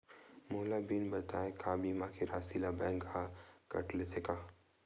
मोला बिना बताय का बीमा के राशि ला बैंक हा कत लेते का?